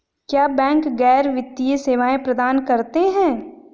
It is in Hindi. क्या बैंक गैर वित्तीय सेवाएं प्रदान करते हैं?